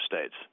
states